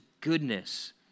goodness